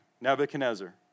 Nebuchadnezzar